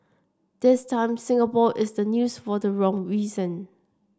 this time Singapore is the news for the wrong reason